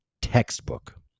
textbook